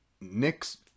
Nick's